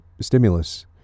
stimulus